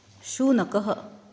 शुनकः